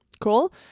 Cool